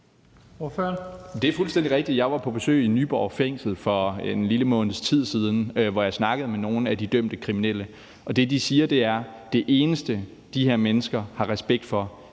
Det er fuldstændig rigtigt. Jeg var på besøg i Nyborg fængsel for en lille måneds tid siden, hvor jeg snakkede med nogle af de dømte kriminelle, og det, de siger, er, at det eneste, de her mennesker har respekt for,